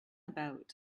about